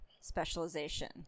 specialization